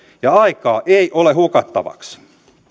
ja aikaa ei ole hukattavaksi